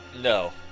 no